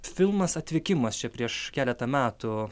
filmas atvykimas čia prieš keletą metų